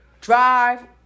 drive